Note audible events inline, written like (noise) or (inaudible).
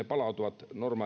(unintelligible) palautuvat